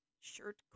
shirt